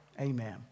amen